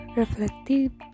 reflective